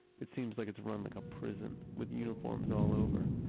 it seems like it's run like a prison, with uniforms all over.